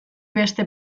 beste